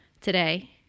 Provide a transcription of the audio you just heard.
today